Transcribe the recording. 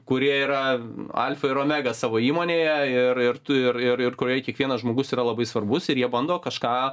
kurie yra alfa ir omega savo įmonėje ir ir tu ir ir kurioj kiekvienas žmogus yra labai svarbus ir jie bando kažką